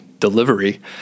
delivery